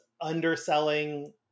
underselling